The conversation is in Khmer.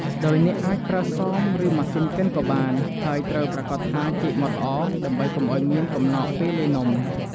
ដោយអ្នកអាចប្រើសម រឺម៉ាស៊ីនកិនក៏បាន ហើយត្រូវប្រាកដថាចេកម៉ដ្ឋល្អ ដើម្បីកុំឲ្យមានកំណកពេលលាយនំ។